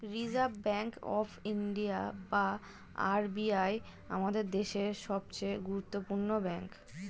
reserve bank of India বা RBI আমাদের দেশের সবচেয়ে গুরুত্বপূর্ণ ব্যাঙ্ক